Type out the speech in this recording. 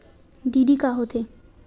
DD का होथे?